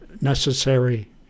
necessary